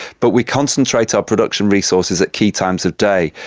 but we concentrate our production resources at key times of day.